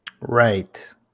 Right